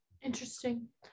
Interesting